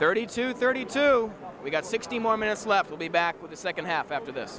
thirty two thirty two we've got sixty more minutes left we'll be back with the second half after th